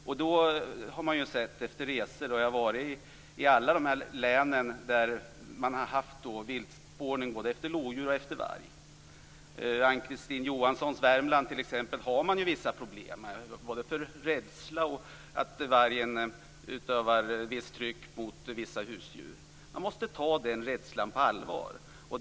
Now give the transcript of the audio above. Jag har rest i alla län där man har haft viltspårning efter både lodjur och varg. I t.ex. Ann-Kristine Johanssons Värmland har man vissa problem både med rädsla och med att vargen utövar ett visst tryck mot vissa husdjur. Man måste ta den rädslan på allvar.